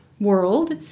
world